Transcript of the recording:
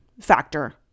factor